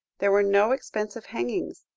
there were no expensive hangings,